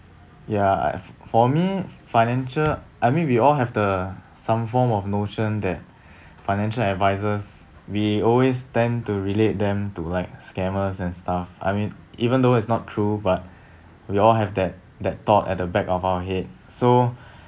ya I f~ for me financial I mean we all have the some form of notion that financial advisers we always tend to relate them to like scammers and stuff I mean even though it's not true but we all have that that thought at the back of our head so